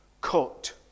cut